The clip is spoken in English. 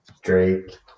drake